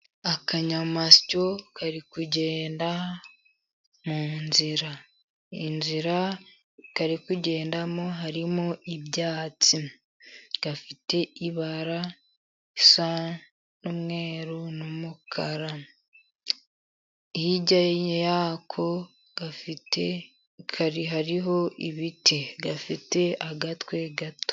Akanyamasyo kari kugenda mu nzira, inzira kari kugendamo harimo ibyatsi, gafite ibara risa n’umweru n'umukara, hirya y'ako hariho ibiti, gafite agatwe gato.